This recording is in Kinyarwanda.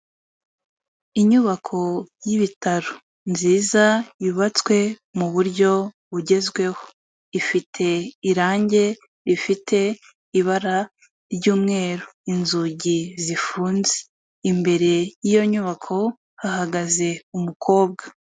Inyubako y'ibitaro nziza yubatswe mu buryo bugezweho; ifite irangi rifite ibara ry'umweru, inzugi zifunze, imbere y'iyo nyubako hahagaze umukobwa.